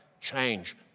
change